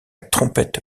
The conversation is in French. trompette